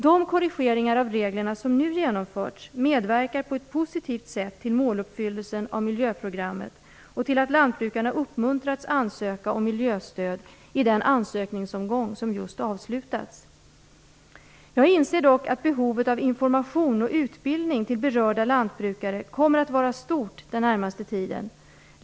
De korrigeringar av reglerna som nu genomförts medverkar på ett positivt sätt till måluppfyllelsen av miljöprogrammet och till att lantbrukarna uppmuntrats ansöka om miljöstöd i den ansökningsomgång som just avslutats. Jag inser dock att behovet av information och utbildning beträffande berörda lantbrukare kommer att vara stort den närmaste tiden.